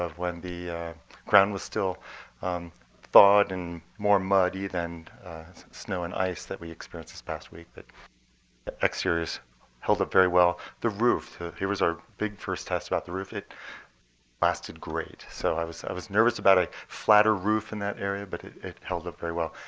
when the ground was still thawed and more muddy than snow and ice that we experienced this past week. the exteriors held up very well. the roof, it was our big first test about the roof. it lasted great. so i was i was nervous about a flatter roof in that area, but it it held up very well,